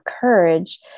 courage